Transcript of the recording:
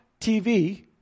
TV